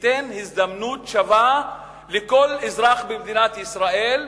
שתיתן הזדמנות שווה לכל אזרח במדינת ישראל,